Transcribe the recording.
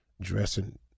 dressing